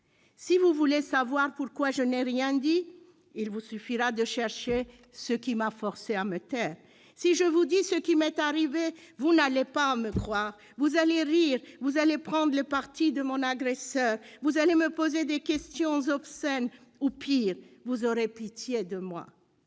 Si vous voulez savoir pourquoi je n'ai rien dit, il vous suffira de chercher ce qui m'a forcé à me taire. [...] Si je vous dis ce qui m'est arrivé, vous n'allez pas me croire, vous allez rire, vous allez prendre le parti de mon agresseur, vous allez me poser des questions obscènes ou, pire même, vous aurez pitié de moi. [